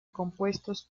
compuestos